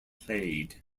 played